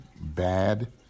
bad